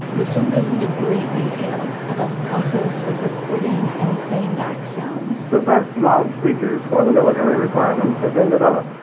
the film goes into great detail about the process of recording and playing back sounds the best loudspeakers for the military requirements have been developed.